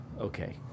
okay